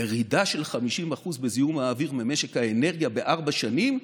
ירידה של 50% בזיהום האוויר במשק האנרגיה בארבע שנים.